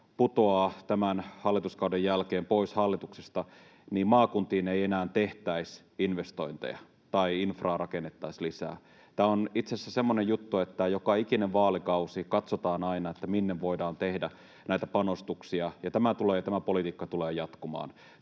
putoaa tämän hallituskauden jälkeen pois hallituksesta, niin maakuntiin ei enää tehtäisi investointeja tai infraa rakennettaisi lisää. Tämä on itse asiassa semmoinen juttu, että joka ikinen vaalikausi katsotaan aina, minne voidaan tehdä näitä panostuksia, ja tämä politiikka tulee jatkumaan.